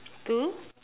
to